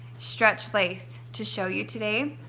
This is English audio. stretch lace to show you today,